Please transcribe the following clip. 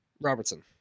Robertson